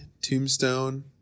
tombstone